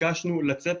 ביקשנו לצאת,